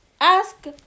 ask